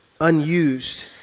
unused